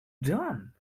done